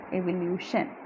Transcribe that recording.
evolution